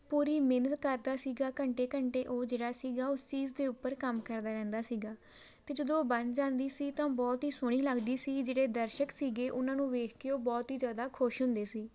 ਪੂਰੀ ਮਿਹਨਤ ਕਰਦਾ ਸੀਗਾ ਘੰਟੇ ਘੰਟੇ ਉਹ ਜਿਹੜਾ ਸੀਗਾ ਉਸ ਚੀਜ਼ ਦੇ ਉੱਪਰ ਕੰਮ ਕਰਦਾ ਰਹਿੰਦਾ ਸੀਗਾ ਅਤੇ ਜਦੋਂ ਉਹ ਬਣ ਜਾਂਦੀ ਸੀ ਤਾਂ ਬਹੁਤ ਹੀ ਸੋਹਣੀ ਲੱਗਦੀ ਸੀ ਜਿਹੜੇ ਦਰਸ਼ਕ ਸੀਗੇ ਉਹਨਾਂ ਨੂੰ ਵੇਖ ਕੇ ਉਹ ਬਹੁਤ ਹੀ ਜ਼ਿਆਦਾ ਖੁਸ਼ ਹੁੰਦੇ ਸੀ